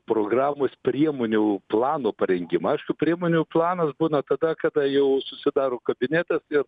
programos priemonių plano parengimą aišku priemonių planas būna tada kada jau susidaro kabinetas ir